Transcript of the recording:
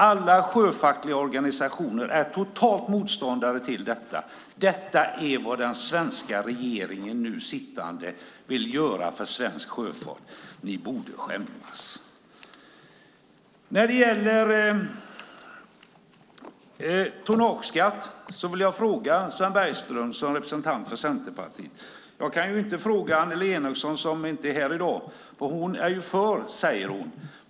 Alla sjöfackliga organisationer är totalt motståndare till det, och det är vad den nu sittande regeringen vill göra för svensk sjöfart. Ni borde skämmas. Jag vill fråga Sven Bergström som representant för Centerpartiet om tonnageskatten. Jag kan inte fråga Annelie Enochson som inte är här i dag, men hon säger att hon är för.